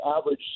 average